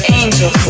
angel